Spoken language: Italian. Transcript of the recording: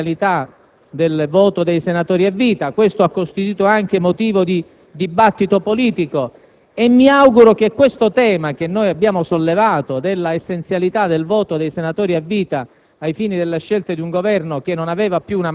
Vi è stata poi l'anomalia dell'essenzialità del voto dei senatori a vita, che ha costituito anche motivo di dibattito politico. Mi auguro che il tema da noi evidenziato dell'essenzialità del voto dei senatori a vita,